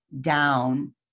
down